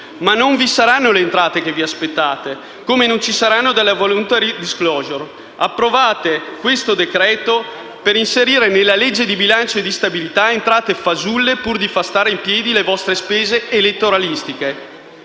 Ma non vi saranno le entrate che vi aspettate, come non ci saranno dalla *voluntary disclosure*. Approvate questo decreto-legge per inserire nella legge di bilancio e di stabilità entrate fasulle pur di far stare in piedi le vostre spese elettoralistiche.